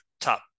top